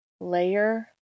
Layer